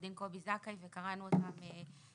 דין קובי זכאי כתב במכתב שלו, וקראנו אותם בפירוט.